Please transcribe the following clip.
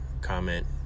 comment